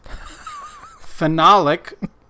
Phenolic